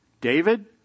David